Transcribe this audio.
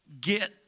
Get